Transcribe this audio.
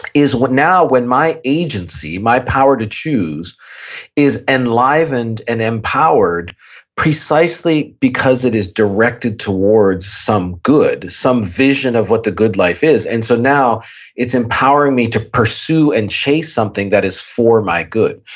is what now? when my agency, my power to choose is enlivened and empowered precisely because it is directed towards some good. some vision of what the good life is and so now it's empowering me to pursue and chase something that is for my good.